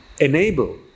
enable